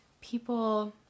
people